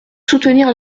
soutenir